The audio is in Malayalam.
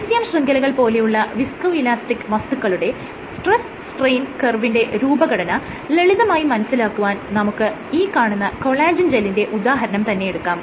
ECM ശൃംഖലകൾ പോലെയുള്ള വിസ്കോ ഇലാസ്റ്റിക്ക് വസ്തുക്കളുടെ സ്ട്രെസ് സ്ട്രെയിൻ കർവിന്റെ രൂപഘടന ലളിതമായി മനസ്സിലാക്കുവാൻ നമുക്ക് ഈ കാണുന്ന കൊളാജെൻ ജെല്ലിന്റെ ഉദാഹരണം തന്നെയെടുക്കാം